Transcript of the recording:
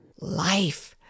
Life